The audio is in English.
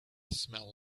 smell